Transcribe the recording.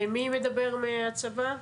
מי מדבר מהצבא?